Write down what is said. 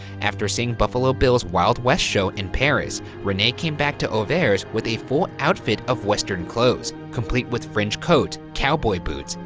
after seeing buffalo bill's wild west show in paris, rene came back to auvers with a full outfit of western clothes, complete with fringe coat, cowboy boots,